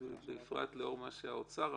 בפרט לאור מה שהאוצר אמר,